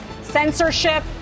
censorship